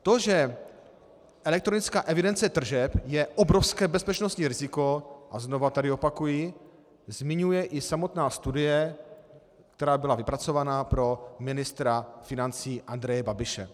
To, že elektronická evidence tržeb je obrovské bezpečnostní riziko, a znovu tady opakuji, zmiňuje i samotná studie, která byla vypracována pro ministra financí Andreje Babiše.